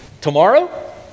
Tomorrow